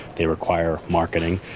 they require marketing,